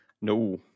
No